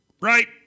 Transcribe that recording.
right